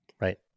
right